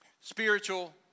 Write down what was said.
spiritual